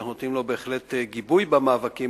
ואנחנו נותנים לו בהחלט גיבוי במאבקים